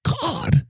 God